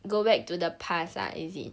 go back to the past ah is it